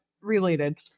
related